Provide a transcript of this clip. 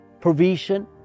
provision